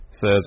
says